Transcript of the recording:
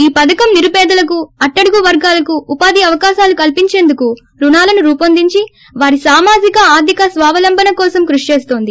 ఈ పధకం నిరుపెదలకు అట్టడుగు వర్గాలకు ఉపాధి అవకాశాలు కల్సించేందుకు రుణాలను రూపొందించి వారి సామాజిక ఆర్గిక స్వావలంబన కోసం కృషి చేస్తోంది